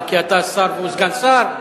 כי אתה שר והוא סגן שר?